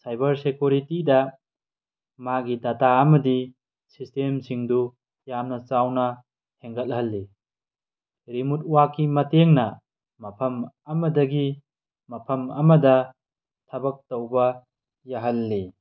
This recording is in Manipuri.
ꯁꯥꯏꯕꯔ ꯁꯦꯀꯨꯔꯤꯇꯤꯗ ꯃꯥꯒꯤ ꯗꯇꯥ ꯑꯃꯗꯤ ꯁꯤꯁꯇꯦꯝꯁꯤꯡꯗꯨ ꯌꯥꯝꯅ ꯆꯥꯎꯅ ꯍꯦꯟꯒꯠꯍꯜꯂꯤ ꯔꯤꯃꯨꯠ ꯋꯥꯛꯀꯤ ꯃꯇꯦꯡꯅ ꯃꯐꯝ ꯑꯃꯗꯒꯤ ꯃꯐꯝ ꯑꯃꯗ ꯊꯕꯛ ꯇꯧꯕ ꯌꯥꯍꯜꯂꯤ